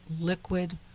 liquid